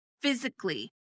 physically